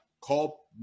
call